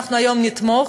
אנחנו היום נתמוך,